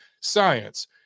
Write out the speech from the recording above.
science